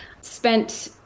spent